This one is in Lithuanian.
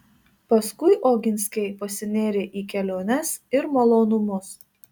paskui oginskiai pasinėrė į keliones ir malonumus